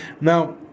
Now